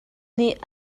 nih